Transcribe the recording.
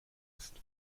ist